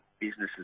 businesses